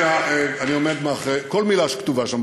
אני עומד מאחורי כל מילה שכתובה שם,